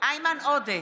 איימן עודה,